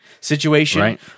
situation